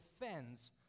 defends